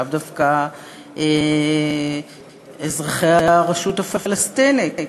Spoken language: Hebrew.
לאו דווקא אזרחי הרשות הפלסטינית,